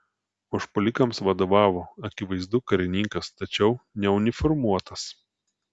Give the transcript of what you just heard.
užpuolikams vadovavo akivaizdu karininkas tačiau neuniformuotas